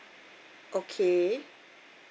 okay